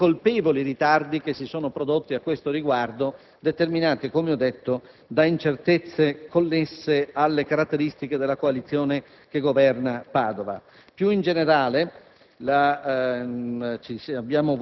venute meno proprio per i colpevoli ritardi che si sono prodotti a tale riguardo, determinati, come ho detto, da incertezze connesse alle caratteristiche della coalizione che governa Padova?